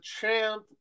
champ